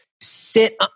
sit